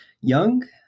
young